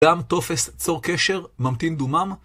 גם טופס ״צור קשר״ ממתין דומם.